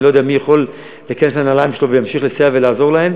אני לא יודע מי יכול להיכנס לנעליים שלו ולהמשיך לסייע ולעזור להם.